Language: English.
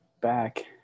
back